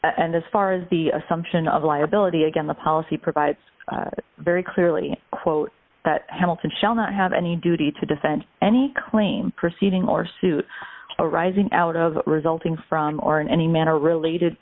and as far as the assumption of liability again the policy provides very clearly quote that hamilton shall not have any duty to defend any claim proceeding or suit arising out of resulting from or in any manner related